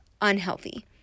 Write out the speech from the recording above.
unhealthy